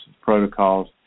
protocols